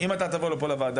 ותאמר,